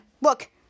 Look